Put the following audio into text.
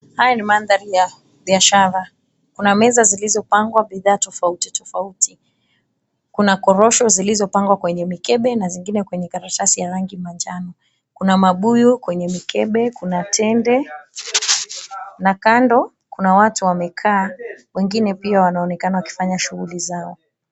Haya ni mandhari ya biashara, kuna meza zilizopangwa bidhaa tofauti tofauti, kuna korosho zilizopangwa kwenye mikebe na zingine kwenye karatasi ya rangi la manjano, kuna mabuyu kwenye mikebe, kuna tende na kando kuna watu wamekaa wengine pia wanaonekana wakifanya shughuli zao.